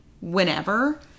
whenever